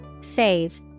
Save